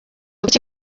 iki